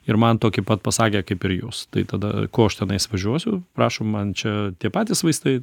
ir man tokį pat pasakė kaip ir jūs tai tada ko aš tenais važiuosiu prašom man čia tie patys vaistai